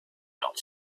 not